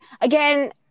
Again